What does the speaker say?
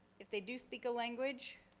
f they do speak a language,